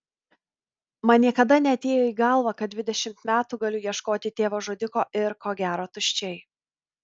man niekada neatėjo į galvą kad dvidešimt metų galiu ieškoti tėvo žudiko ir ko gero tuščiai